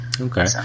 Okay